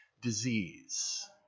disease